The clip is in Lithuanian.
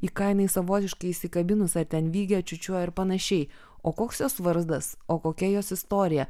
į ką jinai savotiškai įsikabinusi ar ten lygia čiūčiuoja ar panašiai o koks jos vardas o kokia jos istorija